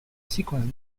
sequence